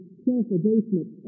self-abasement